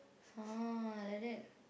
!huh! like that